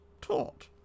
taught